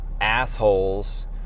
assholes